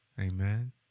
Amen